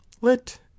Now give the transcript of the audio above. let